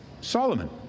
Solomon